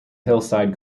hillside